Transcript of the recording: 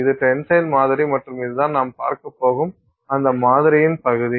இது டென்சைல் மாதிரி மற்றும் இதுதான் நாம் பார்க்கப் போகும் அந்த மாதிரியின் பகுதி